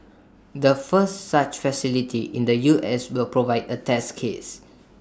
the first such facility in the U S will provide A test case